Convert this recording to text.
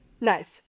Nice